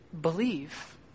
Believe